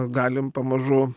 galim pamažu